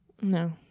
No